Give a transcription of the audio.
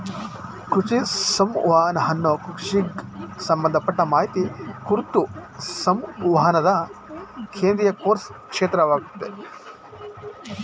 ಕೃಷಿ ಸಂವಹನ ಅನ್ನದು ಕೃಷಿಗ್ ಸಂಬಂಧಪಟ್ಟ ಮಾಹಿತಿ ಕುರ್ತು ಸಂವಹನನ ಕೇಂದ್ರೀಕರ್ಸೊ ಕ್ಷೇತ್ರವಾಗಯ್ತೆ